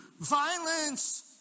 violence